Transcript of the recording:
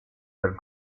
del